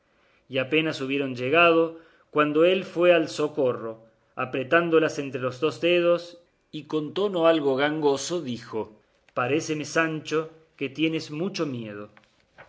y apenas hubieron llegado cuando él fue al socorro apretándolas entre los dos dedos y con tono algo gangoso dijo paréceme sancho que tienes mucho miedo